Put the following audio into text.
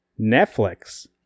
Netflix